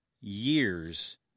years